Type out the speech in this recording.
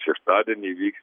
šeštadienį vyks